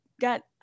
got